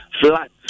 flat